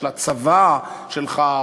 של "הצבא שלך",